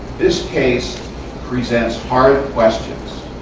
this case presents hard questions.